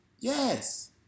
Yes